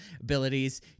abilities